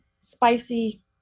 spicy